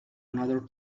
another